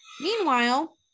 Meanwhile